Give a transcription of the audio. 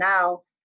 else